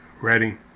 Ready